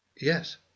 Yes